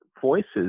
voices